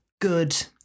Good